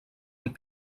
amb